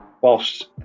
whilst